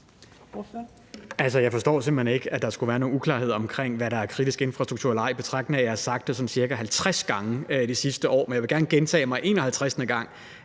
Altså, jeg forstår simpelt hen ikke, at der skulle være nogle uklarheder om, hvad der er kritisk infrastruktur, og hvad der ikke er, i betragtning af at jeg har sagt det sådan ca. 50 gange de sidste år. Men jeg vil gerne gentage mig selv